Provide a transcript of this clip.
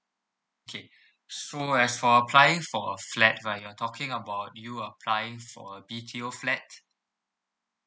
okay so as for applying for a flat right you're talking about you applying for a B_T_O flat